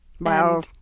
Wow